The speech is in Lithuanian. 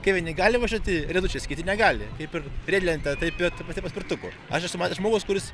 kaip jinai gali važiuoti riedučiais kiti negali kaip ir riedlentę taip ir tą patį paspirtuku aš esu matęs žmogus kuris